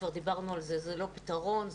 זה לא פתרון.